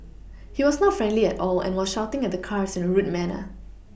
he was not friendly at all and was shouting at the cars in a rude manner